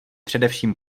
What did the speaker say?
především